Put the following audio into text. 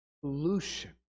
pollution